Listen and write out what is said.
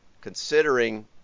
considering